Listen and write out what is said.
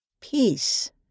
Peace